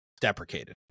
deprecated